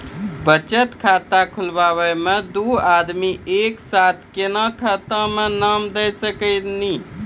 बचत खाता खुलाए मे दू आदमी एक साथ एके खाता मे नाम दे सकी नी?